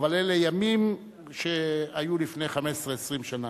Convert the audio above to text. אבל אלה ימים שהיו לפני 15, 20 שנה.